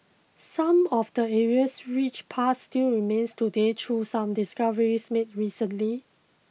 some of the area's rich past still remains today through some discoveries made recently